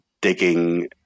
digging